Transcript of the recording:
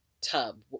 tub